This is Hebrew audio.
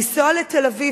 לנסוע לתל-אביב,